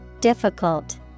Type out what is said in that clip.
Difficult